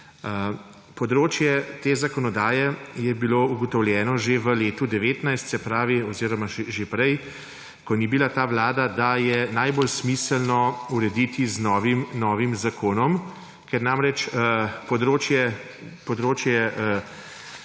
področje te zakonodaje je bilo ugotovljeno že v letu 2019 oziroma že prej, ko ni bila ta vlada, da ga je najbolj smiselno urediti z novim zakonom. Ker namreč področje